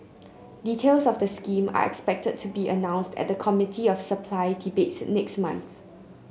details of the scheme are expected to be announced at the Committee of Supply debate next month